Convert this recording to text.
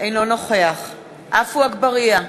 אינו נוכח עפו אגבאריה,